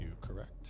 correct